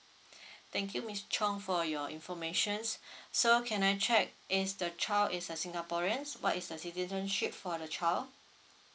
thank you miss chong for your information so can I check is the child is a singaporean what is the citizenship for the child